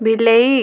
ବିଲେଇ